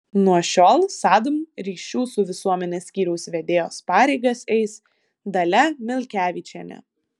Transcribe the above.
nuo šiol sadm ryšių su visuomene skyriaus vedėjos pareigas eis dalia milkevičienė